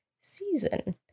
season